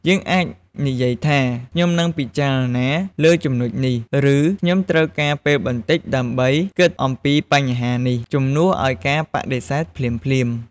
យើងអាចនិយាយថា "ខ្ញុំនឹងពិចារណាលើចំណុចនេះ" ឬ "ខ្ញុំត្រូវការពេលបន្តិចដើម្បីគិតអំពីបញ្ហានេះ" ជំនួសឲ្យការបដិសេធភ្លាមៗ។